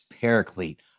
Paraclete